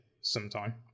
sometime